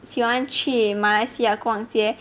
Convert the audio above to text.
喜欢去马来西亚逛街